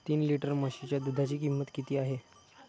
तीन लिटर म्हशीच्या दुधाची किंमत किती आहे?